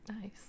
Nice